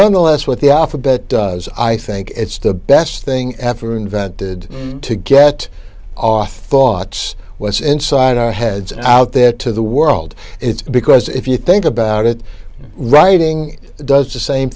nonetheless with the off the bed does i think it's the best thing ever invented to get our thoughts what's inside our heads and out there to the world it's because if you think about it writing does the same